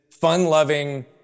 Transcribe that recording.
fun-loving